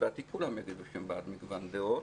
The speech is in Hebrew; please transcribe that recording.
לדעתי כולם יגידו שהם בעד מגוון דעות.